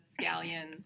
Scallion